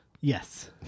Yes